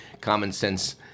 common-sense